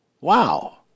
Wow